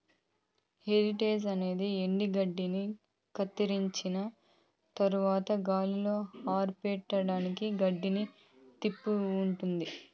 హే tedder అనేది ఎండుగడ్డిని కత్తిరించిన తరవాత గాలిలో ఆరపెట్టడానికి గడ్డిని తిప్పుతూ ఉంటాది